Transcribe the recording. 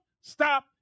stop